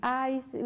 eyes